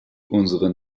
unsere